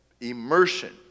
immersion